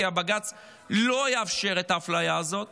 כי בג"ץ לא יאפשר את האפליה הזאת,